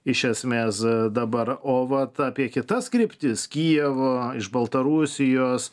iš esmės dabar o vat apie kitas kryptis kijevo iš baltarusijos